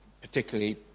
Particularly